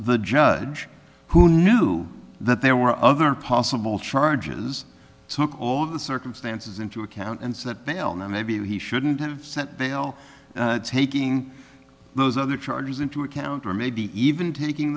the judge who knew that there were other possible charges took all of the circumstances into account and that they'll know maybe he shouldn't have sent they'll taking those other charges into account or maybe even taking